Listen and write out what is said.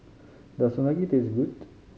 does Unagi taste good